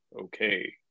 okay